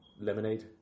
lemonade